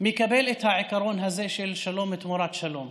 מקבל את העיקרון הזה של שלום תמורת שלום,